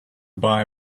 buy